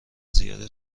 زیاد